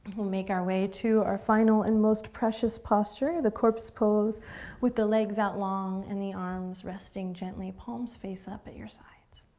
we'll make our way to our final and most precious posture, the corpse pose with the legs out long and the arms resting gently, palms face up at your sides.